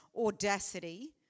audacity